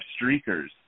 streakers